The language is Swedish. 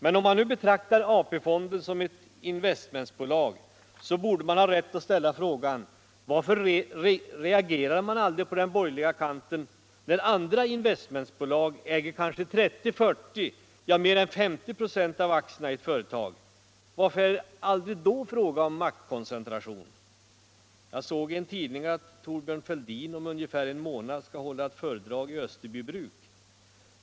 Men om man nu betraktar AP-fonden såsom ett ”investmentbolag”, så borde vi ha rätt att ställa frågan: Varför reagerar man aldrig på den borgerliga kanten när andra investmentbolag äger kanske 30, 40 ja mer än 50 ". av aktierna i ett företag? Varför är det aldrig då fråga om maktkoncentration? Jag såg i en tidning att Thorbjörn Fälldin om ungefär en månad skall hålla ett föredrag i Österbybruk.